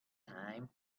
time